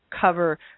cover